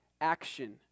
action